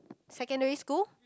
secondary school